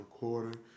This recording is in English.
recording